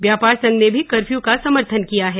व्यापार संघ ने भी कर्फ्यू का समर्थन किया है